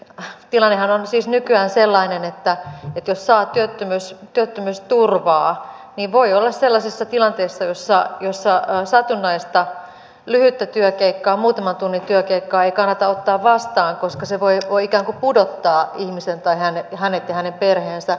eli tilannehan on siis nykyään sellainen että jos saa työttömyysturvaa niin voi olla sellaisessa tilanteessa jossa satunnaista lyhyttä työkeikkaa muutaman tunnin työkeikkaa ei kannata ottaa vastaan koska se voi ikään kuin pudottaa ihmisen ja hänen perheensä sosiaalietuuksien ulkopuolelle